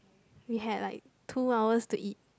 we had like two hours to eat